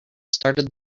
started